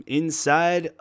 inside